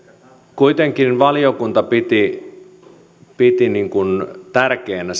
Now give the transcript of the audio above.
kuitenkin valiokunta piti piti tärkeänä